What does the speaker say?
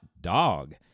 dog